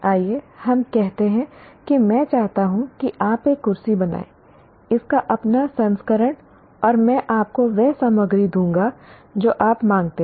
आइए हम कहते हैं कि मैं चाहता हूं कि आप एक कुर्सी बनाएं इसका अपना संस्करण और मैं आपको वह सामग्री दूंगा जो आप मांगते हैं